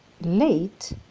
late